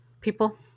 People